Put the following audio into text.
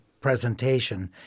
presentation